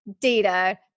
data